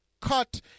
cut